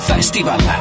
Festival